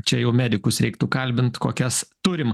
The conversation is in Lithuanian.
čia jau medikus reiktų kalbint kokias turim